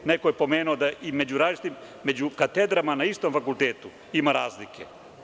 Neko je pomenuo da među katedrama na istom fakultetu ima razlike.